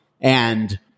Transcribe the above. And-